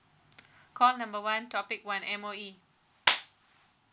call number one topic one M_O_E